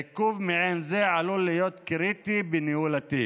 עיכוב מעין זה עלול להיות קריטי בניהול התיק.